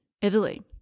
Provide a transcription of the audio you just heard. Italy